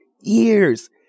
years